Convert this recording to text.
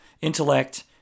intellect